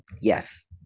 yes